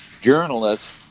journalists